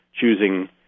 choosing